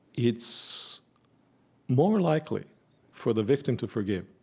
it's more likely for the victim to forgive